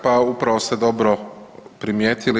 Pa upravo ste dobro primijetili.